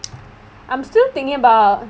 I'm still thinking about